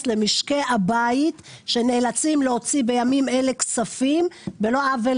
למשקי הבית שנאלצים להוציא בימים אלה בלא עוול